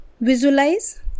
visualize